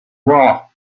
war